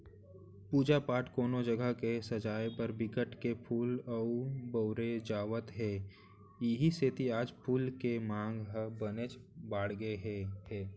पूजा पाठ, कोनो जघा ल सजाय बर बिकट के फूल ल बउरे जावत हे इहीं सेती आज फूल के मांग ह बनेच बाड़गे गे हे